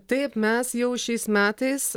taip mes jau šiais metais